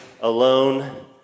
alone